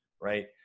right